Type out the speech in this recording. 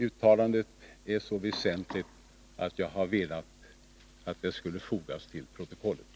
Uttalandet är så väsentligt att jag har velat att det skulle fogas till protokollet.